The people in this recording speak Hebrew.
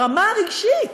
ברמה הרגשית,